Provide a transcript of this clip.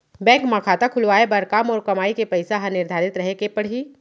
Bank म खाता खुलवाये बर का मोर कमाई के पइसा ह निर्धारित रहे के पड़ही?